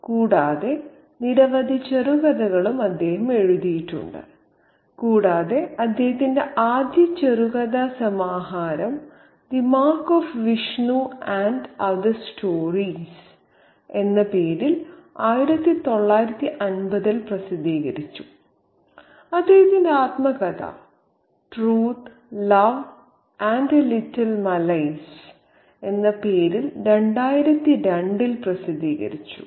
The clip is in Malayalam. കൂടാതെ നിരവധി ചെറുകഥകളും അദ്ദേഹം എഴുതിയിട്ടുണ്ട് കൂടാതെ അദ്ദേഹത്തിന്റെ ആദ്യ ചെറുകഥാ സമാഹാരം the mark of Vishnu and other stories എന്ന പേരിൽ 1950 ൽ പ്രസിദ്ധീകരിച്ചു അദ്ദേഹത്തിന്റെ ആത്മകഥ truth love and a little malice Truth Love and a Little Malice എന്ന പേരിൽ 2002 ൽ പ്രസിദ്ധീകരിച്ചു